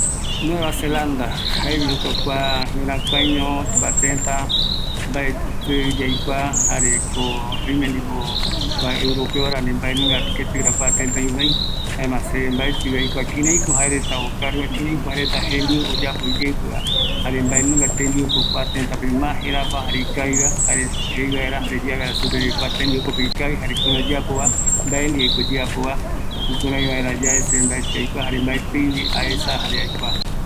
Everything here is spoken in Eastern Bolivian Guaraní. Kua nueva zelanda jaevi, tëtä aikuambaeva, maetɨ jaevaera kïraïko jaereta jembiuva, jare mbaeko supeguareta ikaviyaeva, jukuraï oesauka, oikuauka vaera ïru tëtä retape, oïmeko aipo jaereta jeta jembiu yaikuavaera